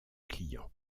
client